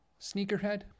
sneakerhead